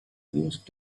used